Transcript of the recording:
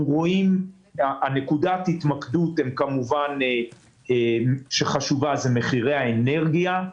נקודת ההתמקדות החשובה היא כמובן מחירי האנרגיה.